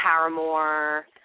Paramore